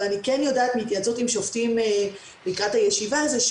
אבל אני כן יודעת מהתייעצות עם שופטים לקראת הישיבה הזו,